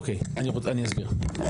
אוקיי, אני אסביר.